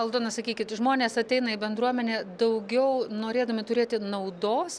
aldona sakykit žmonės ateina į bendruomenę daugiau norėdami turėti naudos